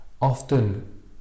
Often